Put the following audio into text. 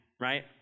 right